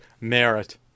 merit